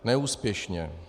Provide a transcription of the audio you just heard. Neúspěšně.